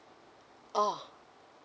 oh